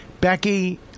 Becky